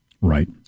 Right